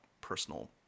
personal